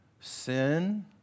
sin